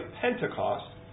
Pentecost